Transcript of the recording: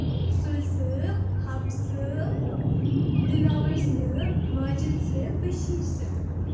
سُلہٕ صٲب حبص صٲب دِلاور صٲب ماجِد صٲب بٔشیٖر صٲب